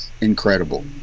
incredible